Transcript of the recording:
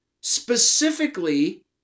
specifically